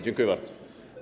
Dziękuję bardzo.